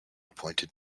appointed